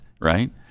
right